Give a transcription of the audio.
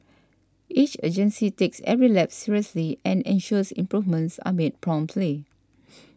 each agency takes every lapse seriously and ensures improvements are made promptly